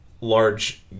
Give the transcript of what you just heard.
large